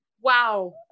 Wow